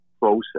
process